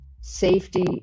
Safety